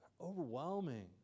Overwhelming